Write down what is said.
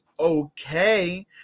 Okay